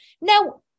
Now